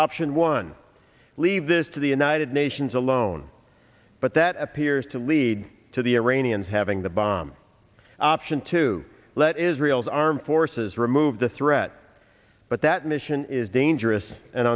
option one leave this to the united nations alone but that appears to lead to the iranians having the bomb option to let israel's armed forces remove the threat but that mission is dangerous and